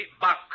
buck